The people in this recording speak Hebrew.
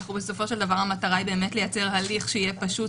כי בסופו של דבר המטרה היא לייצר הליך שיהיה פשוט,